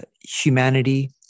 humanity